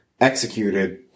executed